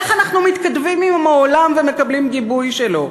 איך אנחנו מתכתבים עם העולם ומקבלים גיבוי שלו?